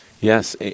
Yes